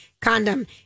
condom